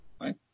right